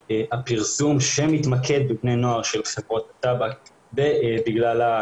הפרסום של חברות הטבק שמתמקד בבני נוער,